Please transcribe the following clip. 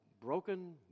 broken